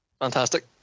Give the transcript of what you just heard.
Fantastic